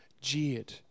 jeered